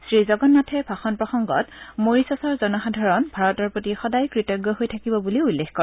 শ্ৰীজগন্নাথে ভাষণ প্ৰসঙ্গত মৰিচাচৰ জনসাধাৰণ ভাৰতৰ প্ৰতি সদায় কৃতজ্ঞ হৈ থাকিব বুলি উল্লেখ কৰে